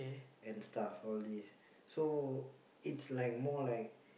and stuff all these so it's like more like